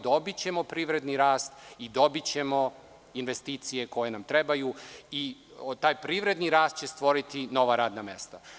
Dobićemo privredni rast i dobićemo investicije koje nam trebaju, i taj privredni rast će stvoriti nova radna mesta.